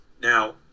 Now